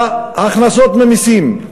בהכנסות ממסים,